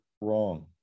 wrong